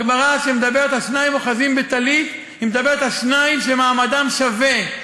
הגמרא שמדברת על "שניים אוחזין בטלית" מדברת על שניים שמעמדם שווה.